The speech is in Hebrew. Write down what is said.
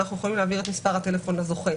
אנחנו יכולים להעביר את מספר הטלפון לזוכה.